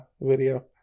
video